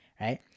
right